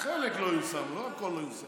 חלק לא יושם, לא הכול לא יושם.